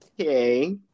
Okay